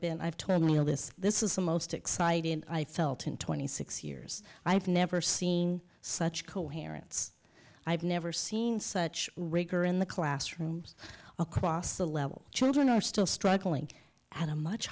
been i've told me all this this is the most excited i felt in twenty six years i've never seen such coherence i've never seen such rigor in the classrooms across the level children are still struggling and a much